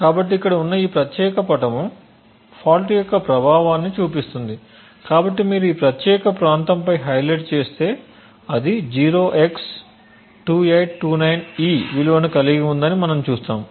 కాబట్టి ఇక్కడ ఉన్న ఈ ప్రత్యేక పటము ఫాల్ట్ యొక్క ప్రభావాన్ని చూపిస్తుంది కాబట్టి మీరు ఈ ప్రత్యేక ప్రాంతంపై హైలైట్ చేస్తే అది 0x2829E విలువను కలిగి ఉందని మనము చూస్తాము